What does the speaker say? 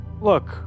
Look